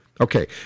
Okay